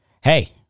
hey